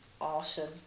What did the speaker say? Awesome